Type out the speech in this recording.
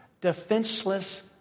defenseless